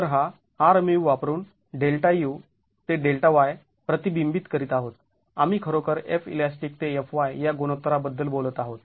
तर हा Rμ वापरून Δu ते Δy प्रतिबिंबीत करीत आहोत आम्ही खरोखर Felastic ते Fy या गुणोत्तराबद्दल बोलत आहोत